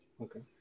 Okay